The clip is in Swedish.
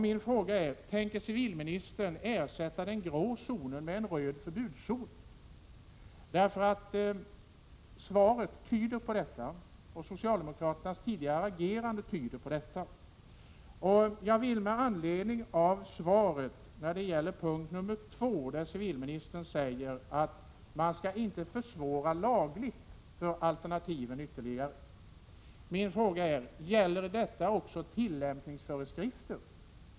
Min fråga är: Tänker civilministern ersätta den grå zonen med en röd förbudszon? Civilministerns svar och socialdemokraternas tidigare agerande tyder nämligen på det. I svaret säger civilministern när det gäller punkt nr 2, att man inte lagligt skall försvåra ytterligare för alternativen. Jag vill fråga: Gäller detta också tillämpningsföreskrifter?